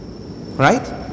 Right